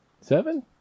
seven